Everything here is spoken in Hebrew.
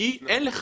אין לה